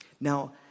Now